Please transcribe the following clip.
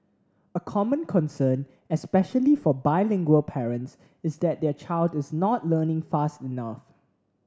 a common concern especially for bilingual parents is that their child is not learning fast enough